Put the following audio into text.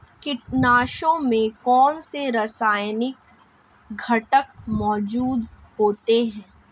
कीटनाशकों में कौनसे रासायनिक घटक मौजूद होते हैं?